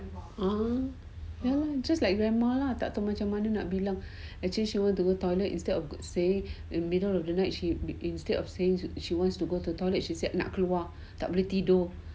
ah nevermind just like grandma lah tak tahu macam mana nak bilang actually she wants to go toilet instead she just say in the middle of night instead of saying she want to got to toilet she say nak keluar tak boleh tidur